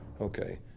Okay